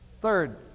Third